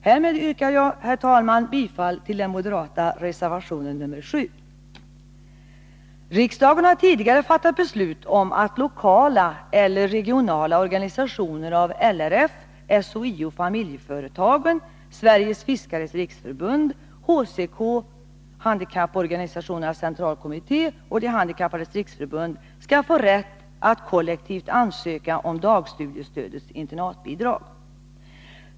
Härmed yrkar jag, herr talman, bifall till den moderata reservationen t Riksdagen har tidigare fattat beslut om att lokala eller regionala organisationer av LRF, SHIO-Familjeföretagen, Sveriges Fiskares riksförbund, Handikappförbundens centralkommitté och De handikappades riksförbund skall ha rätt att kollektivt ansöka om dagstudiestödets internatbidrag.